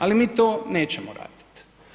Ali mi to nećemo radit.